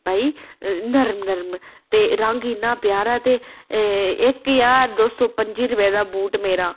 भाई नर्म नर्म ते रंग इन्ना प्यारा ते इक ज्हार दौ सौ पंजीह् रपे दा बूट मेरा